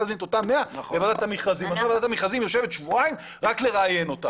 ועדת המכרזים יושבת שבועיים רק לראיין אותם.